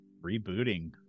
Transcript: rebooting